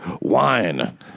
Wine